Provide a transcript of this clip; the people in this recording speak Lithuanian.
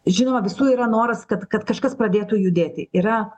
žinoma visų yra noras kad kad kažkas pradėtų judėti yra